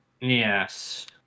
Yes